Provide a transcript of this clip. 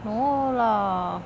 no lah